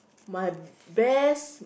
my best